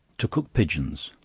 to cook pigeons.